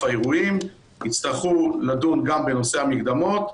האירועים יצטרכו לדון גם בנושא המקדמות.